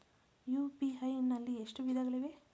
UPI ನಲ್ಲಿ ಎಷ್ಟು ವಿಧಗಳಿವೆ?